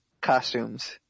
costumes